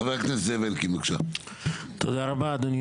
חבר הכנסת, זאב אלקין, בבקשה.